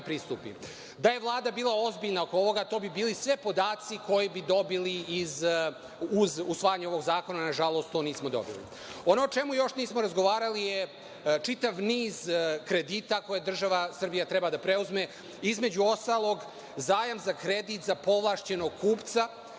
pristupi. Da je Vlada bila ozbiljna oko ovoga to bi bili svi podaci koji bi dobili uz usvajanje ovog zakona nažalost to nismo dobili. Ono o čemu još nismo razgovarali je čitav niz kredita koje država Srbija treba da preuzme, između ostalog zajam za kredit za povlašćenog kupca,